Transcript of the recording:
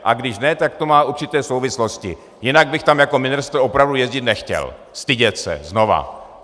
A když ne, tak to má určité souvislosti, jinak bych tam jako ministr opravdu jezdit nechtěl, stydět se, znova.